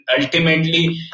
ultimately